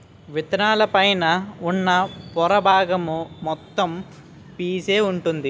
విత్తనాల పైన ఉన్న పొర బాగం మొత్తం పీసే వుంటుంది